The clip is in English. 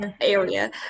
area